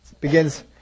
begins